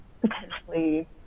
potentially